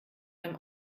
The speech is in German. beim